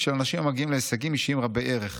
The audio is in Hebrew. של אנשים המגיעים להישגים אישיים רבי-ערך.